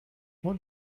what